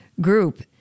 group